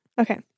Okay